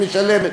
שמשלמת.